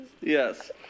Yes